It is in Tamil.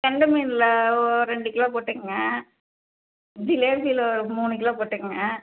கெண்டை மீனில் ஒரு ரெண்டு கிலோ போட்டுக்கங்க ஜிலேபியில் ஒரு மூணு கிலோ போட்டுக்கங்க